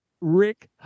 Rick